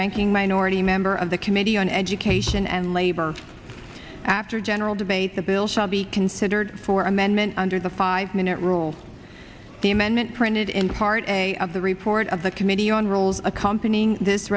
ranking minority member of the committee on education and labor after general debate the bill shall be considered for amendment under the five minute rule the amendment printed in part a of the report of the committee on rules accompanying this